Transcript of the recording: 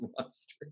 monster